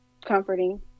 comforting